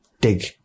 dig